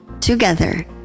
together